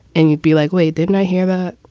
and you'd be like, why didn't i hear that?